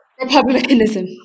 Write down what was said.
republicanism